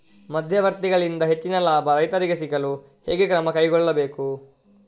ಮಧ್ಯವರ್ತಿಗಳಿಂದ ಹೆಚ್ಚಿನ ಲಾಭ ರೈತರಿಗೆ ಸಿಗಲು ಹೇಗೆ ಕ್ರಮ ಕೈಗೊಳ್ಳಬೇಕು?